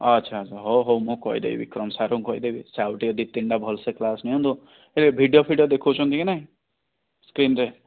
ଆଛା ଆଛା ହଉ ହଉ ମୁଁ କହିଦେବି ବିକ୍ରମ ସାର୍ ଙ୍କୁ କହିଦେବି ସେ ଆଉ ଟିକେ ଦୁଇ ତିନିଟା ଭଲ ସେ କ୍ଲାସ ନିଅନ୍ତୁ ଏ ଭିଡିଓ ଫିଡିଓ ଦେଖଉଛନ୍ତି କି ନାହିଁ ସ୍କ୍ରିନ ରେ